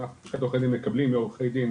אנחנו לשכת עורכי הדין מקבלים מעורכי דין